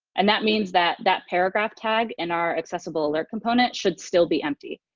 and that means that that paragraph tag in our accessible alert component should still be empty,